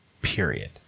period